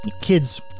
kids